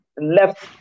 left